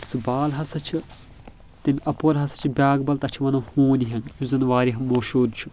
سُہ بال ہسا چھُ تمہِ اپور ہسا چھُ بیٛاکھ بال تتھ چھِ ونن ہوٗنۍ ہٮ۪نٛگ یُس زن واریاہ مشہوٗر چھُ